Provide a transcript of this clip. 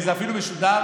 וזה אפילו משודר,